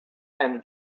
and